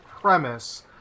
premise